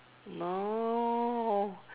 no